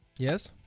Yes